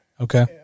Okay